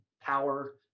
power